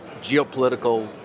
geopolitical